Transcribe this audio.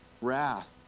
wrath